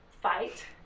fight